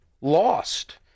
lost